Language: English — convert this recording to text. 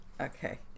okay